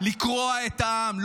לקרוע את העם,